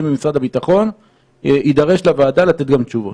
במשרד הביטחון יידרש לוועדה לתת גם תשובות.